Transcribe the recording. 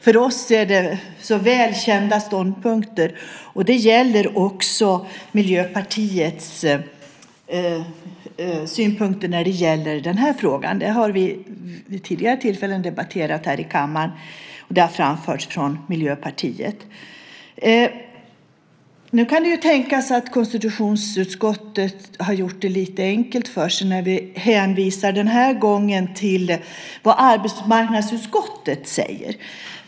För oss är detta väl kända ståndpunkter, och det gäller också Miljöpartiets synpunkter i den här frågan. Vi har debatterat detta här i kammaren vid tidigare tillfällen. Man kan kanske tycka att konstitutionsutskottet har gjort det lite enkelt för sig. Den här gången hänvisar vi till vad arbetsmarknadsutskottet säger.